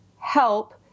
help